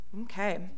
Okay